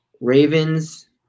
Ravens